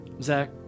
Zach